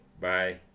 Bye